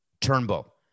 Turnbull